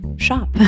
shop